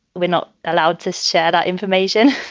we're not allowed to share that information.